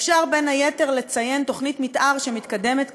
אפשר בין היתר לציין תוכנית מתאר שמתקדמת כאן,